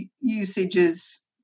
usages